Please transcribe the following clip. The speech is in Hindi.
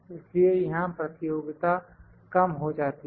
इसलिए यहां प्रतियोगिता कम हो जाती है